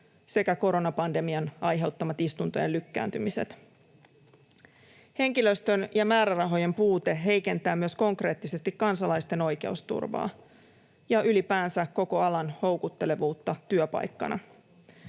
sekä koronapandemian aiheuttamat istuntojen lykkääntymiset. Henkilöstön ja määrärahojen puute heikentää myös konkreettisesti kansalaisten oikeusturvaa ja ylipäänsä koko alan houkuttelevuutta työpaikkana.